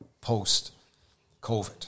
post-COVID